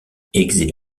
exilé